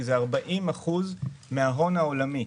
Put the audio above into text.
זה 40% מן ההון העולמי.